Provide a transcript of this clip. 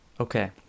Okay